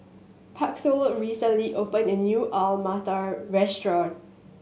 Pasquale recently opened a new Alu Matar Restaurant